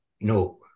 No